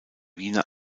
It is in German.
wiener